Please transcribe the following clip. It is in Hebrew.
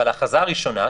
אבל ההכרזה הראשונה,